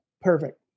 perfect